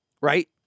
right